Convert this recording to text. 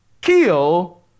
kill